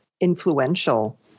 influential